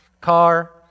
Car